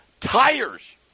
tires